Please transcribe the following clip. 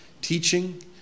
teaching